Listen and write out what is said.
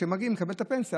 וכשמגיעים לקבל את הפנסיה,